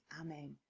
Amen